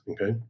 Okay